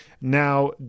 now